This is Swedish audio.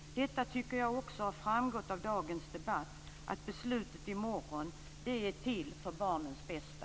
Det har framgått av dagens debatt att morgondagens beslut är till för barnens bästa.